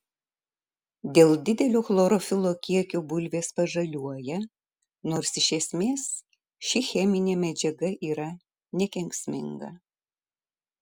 dėl didelio chlorofilo kiekio bulvės pažaliuoja nors iš esmės ši cheminė medžiaga yra nekenksminga